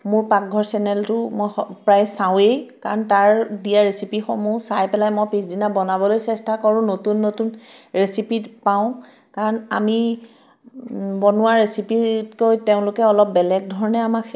মোৰ পাকঘৰ চেনেলটো মই স প্ৰায় চাওঁৱেই কাৰণ তাৰ দিয়া ৰেচিপিসমূহ চাই পেলাই মই পিছদিনা বনাবলৈ চেষ্টা কৰোঁ নতুন নতুন ৰেচিপিত পাওঁ কাৰণ আমি বনোৱা ৰেচিপিতকৈ তেওঁলোকে অলপ বেলেগ ধৰণে আমাক